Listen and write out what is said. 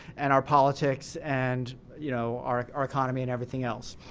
and our politics, and you know our our economy and everything else.